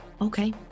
Okay